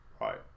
Right